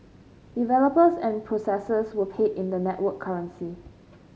developers and processors were paid in the network currency